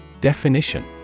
Definition